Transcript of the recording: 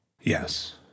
Yes